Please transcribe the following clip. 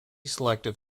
selective